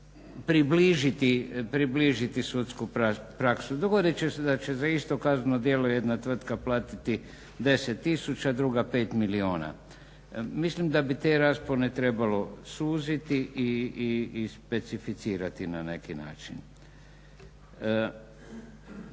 približiti sudsku praksu. Dogodit će se da će za istu kaznu o djelu jedna tvrtka platiti 10 tisuća druga 5 milijuna. Mislim da bi te raspone trebalo suziti i specificirati na neki način.